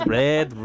red